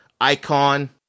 Icon